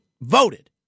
voted